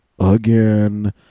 again